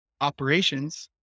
operations